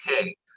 okay